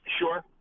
Sure